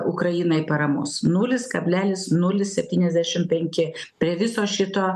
ukrainai paramos nulis kablelis nulis septyniasdešim penki prie viso šito